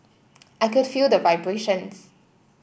I could feel the vibrations